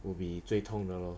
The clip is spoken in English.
will be 最痛的 lor